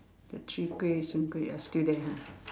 the chwee-kueh soon-kueh ah still there ah